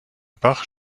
bach